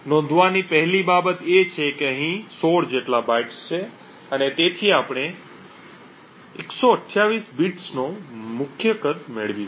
નોંધવાની પહેલી બાબત એ છે કે અહીં 16 જેટલા બાઇટ્સ છે અને તેથી આપણે 128 બિટ્સનો મુખ્ય કદ મેળવીશું